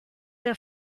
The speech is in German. der